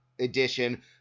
edition